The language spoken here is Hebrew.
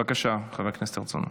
בבקשה, חבר הכנסת הרצנו.